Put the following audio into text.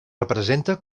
representa